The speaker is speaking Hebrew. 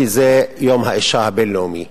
כי זה יום האשה הבין-לאומי.